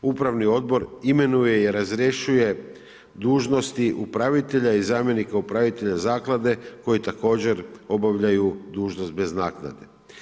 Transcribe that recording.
Upravni odbor imenuje i razrješuje dužnosti upravitelja i zamjenika upravitelja zaklade koji također obavljaju dužnost bez naknade.